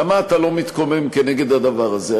למה אתה לא מתקומם כנגד הדבר הזה?